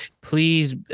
please